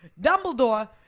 Dumbledore